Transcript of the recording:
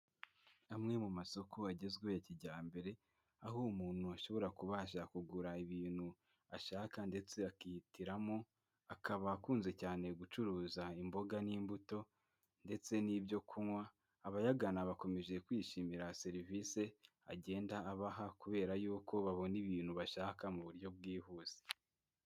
Amwe mu masoko agezweho ya kijyambere, aho ubu umuntu ashobora kubasha kugura ibintu ashaka ndetse akihitiramo. Akaba akunze cyane gucuruza imboga n'imbuto ndetse n'ibyo kunywa, abayagana bakomeje kwishimira serivisi agenda abaha. Kubera y'uko babona ibintu bashaka mu buryo bwihuse.